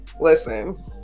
Listen